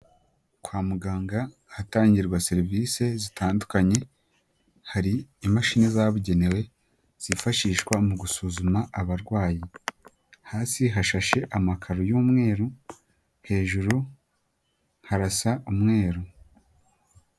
Kwa muganga ahatangirwa serivise zitandukanye hari imashini zabugenewe zifashishwa mu gusuzuma abarwayi, hasi hashashe amakaro y'umweru, hejuru harasa umweru.